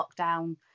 lockdown